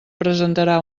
presentarà